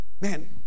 Man